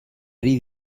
ari